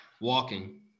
Walking